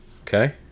Okay